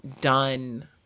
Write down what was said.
done